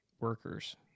workers